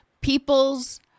People's